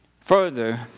Further